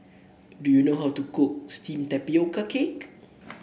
do you know how to cook steamed Tapioca Cake